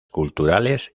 culturales